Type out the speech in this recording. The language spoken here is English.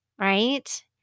right